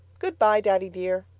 goodbye, daddy dear,